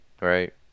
right